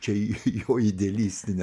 čia jo idealistinė